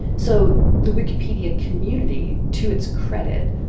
so the wikipedia community, to its credit,